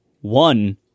one